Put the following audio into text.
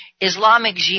Islamic